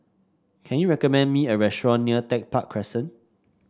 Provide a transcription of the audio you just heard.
can you recommend me a restaurant near Tech Park Crescent